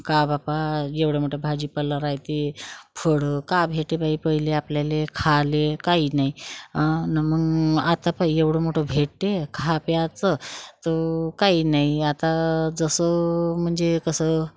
का बाबा एवढे मोठे भाजीपाला रहाते फळं का भेटे बाई पहिले आपल्याला खाल्ले काही नाही ना मग आता पहि एवढं मोठं भेटते खायाचं प्याचं तर काही नाही आता जसं म्हणजे कसं